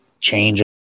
change